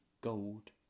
gold